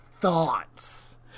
thoughts